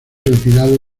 retirado